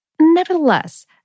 nevertheless